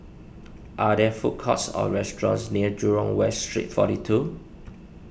are there food courts or restaurants near Jurong West Street forty two